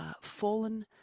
fallen